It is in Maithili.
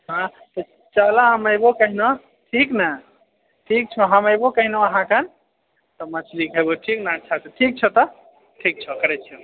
हाँ तऽ चलऽ हम एबो कहिनो ठीक ने ठीक छौ हम एबौ कहनो अहाँकेँ तऽ मछली खएबो ठीक ने अच्छासँ ठीक छै तऽ ठीक छऽ करै छिऐ